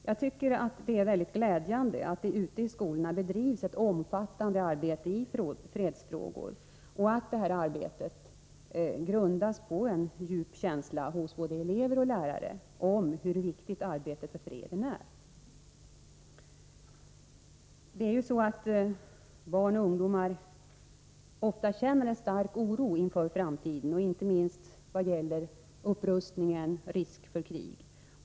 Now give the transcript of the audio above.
Jag tycker att det är mycket glädjande att det ute i skolorna bedrivs ett omfattande arbete i fredsfrågor och att detta arbete är grundat på en djup känsla hos både elever och lärare för hur viktigt arbete för freden är. Barn och ungdomar känner ofta en stark oro inför framtiden, inte minst i vad gäller upprustningen och risk för krig.